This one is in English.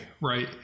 right